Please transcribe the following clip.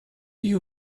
you